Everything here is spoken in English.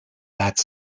that